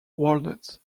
walnut